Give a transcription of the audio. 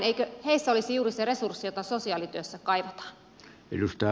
eikö heissä olisi juuri se resurssi jota sosiaalityössä kaivataan